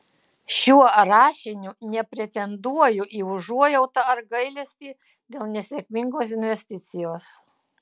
šiuo rašiniu nepretenduoju į užuojautą ar gailestį dėl nesėkmingos investicijos